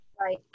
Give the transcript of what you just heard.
Right